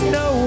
no